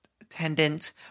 attendant